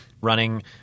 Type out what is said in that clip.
running